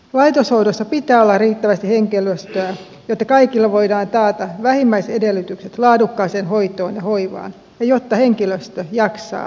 laitoshoidossa pitää olla riittävästi henkilöstöä jotta kaikille voidaan taata vähimmäisedellytykset laadukkaaseen hoitoon ja hoivaan ja jotta henkilöstö jaksaa tärkeässä työssään